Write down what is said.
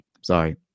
Sorry